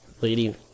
Lady